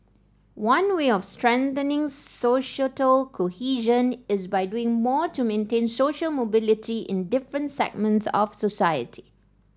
one way of strengthening societal cohesion is by doing more to maintain social mobility in different segments of society